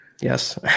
Yes